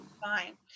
fine